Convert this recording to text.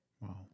Wow